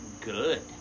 good